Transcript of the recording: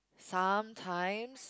sometimes